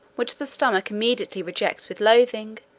which the stomach immediately rejects with loathing,